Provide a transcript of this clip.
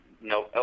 no